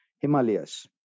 Himalayas